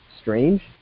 strange